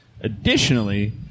Additionally